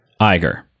Iger